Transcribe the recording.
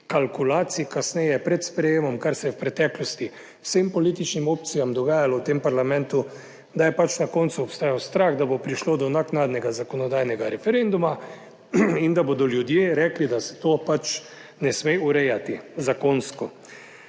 kalkulacij, kasneje pred sprejemom, ker se je v preteklosti vsem političnim opcijam dogajalo v tem parlamentu, da je pač na koncu obstajal strah, da bo prišlo do naknadnega zakonodajnega referenduma in da 88. TRAK: (VP) 20.05 (nadaljevanje) bodo ljudje rekli, da se to pač ne sme urejati zakonsko.